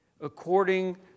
according